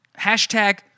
Hashtag